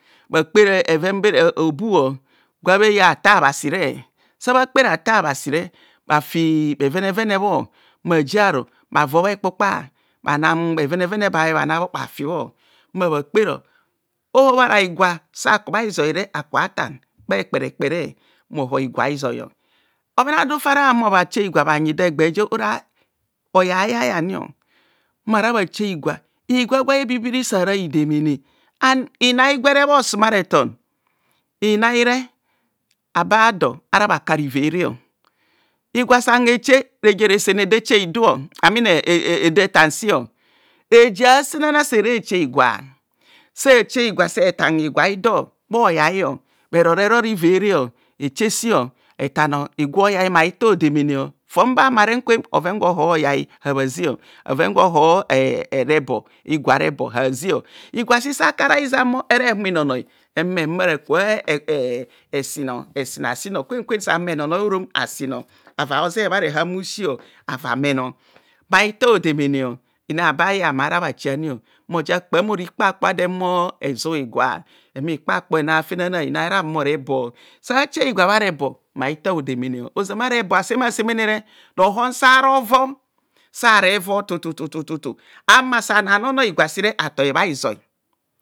Bhakeper obu gwa bhe yar atar bassey sa bha kpe ata bassey bhavi bhevene vene bho mma bha jiaru bhavo hekpu kpa bhanam bhevene ba bhe bhana bho ava fi bho mma bha kpero so hobhara higwa sasa bha ku bha hizoire bha tan bha ekperekpe mmoho hig wa a'hizoi bhoven a'odu fara bha humor bha cha higwa bhayidor egba je ora oya yai ani mma hara bha chehigwa gwa ebibiri sa hara hidemene an inai gwere bha osumaretom inaire mene an inai gwere bha osumaretom inaire abador ahara bha kar ivere higwa san heche rejere sene dor eche hidu amin ede tan sio reje ase nana sere che higwa se che higwa se tan aigwa hido bho yaio bherorerore ivere eche sio etamo, higwa oyai mahitar hodemene fon ba bha mare nkwem bhoven fa bho hor oyai a habhaze, bhoven fa bho hor rebor higwa re bor habhazeo, higwa si sakara hizan more eheve humo enonoi mme ke eesinasino kwen kwen sa numo enonoi orom asino ava a'oze bhare hama bhusi ava men ma hitar hodemene inai abe ayah mara bha che ani mmo ja kpam ora ikpakpo adorehumo ezu higwa, ehumo ikpakpo ena afenana inai ere humor rebor sa che higwa bha rebor mahara hitar hodemene ozama rebo asemaemene re rohon saro vob sare vob tu tu tu tu ama sa nk anono higwa sire atoi bha hizoi.